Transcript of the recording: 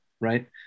Right